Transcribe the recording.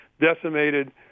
decimated